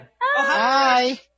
Hi